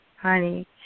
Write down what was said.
honey